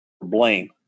blame